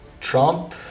Trump